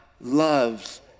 loves